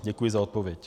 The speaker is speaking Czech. Děkuji za odpověď.